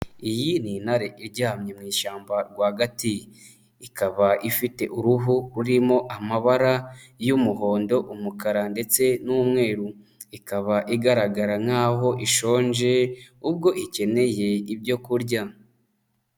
Iyi ni intare iryamye mu ishyamba rwagati ikaba ifite uruhu rurimo amabara y'umuhondo, umukara ndetse n'umweru, ikaba igaragara nkaho ishonje ubwo ikeneye ibyo kurya.